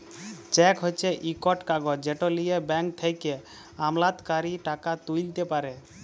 cheque হছে ইকট কাগজ যেট লিঁয়ে ব্যাংক থ্যাকে আমলাতকারী টাকা তুইলতে পারে